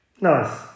Nice